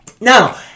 Now